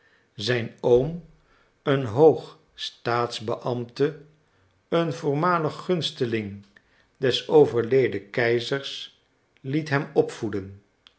zijn oom een hoog staatsbeambte en voormalig gunsteling des overleden keizers liet hem opvoeden